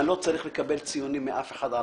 אני לא צריך לקבל ציונים מאף אחד על